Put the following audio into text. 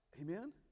amen